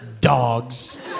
dogs